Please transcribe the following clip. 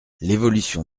l’évolution